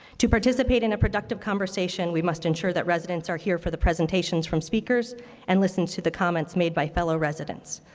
to participate in a productive conversation, we must ensure that residents are here for the presentations from speakers and listen to the comments made by fellow residents.